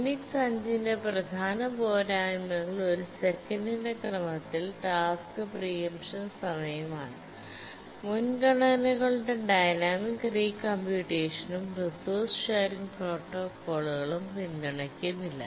Unix V ന്റെ പ്രധാന പോരായ്മകൾ ഒരു സെക്കന്റിന്റെ ക്രമത്തിന്റെ ടാസ്ക് പ്രീ എംപ്ഷൻ സമയമാണ്മുൻഗണനകളുടെ ഡൈനാമിക് റീകമ്പ്യൂട്ടേഷനും റിസോഴ്സ് ഷെറിങ് പ്രോട്ടോക്കോളുകളും പിന്തുണയ്ക്കുന്നില്ല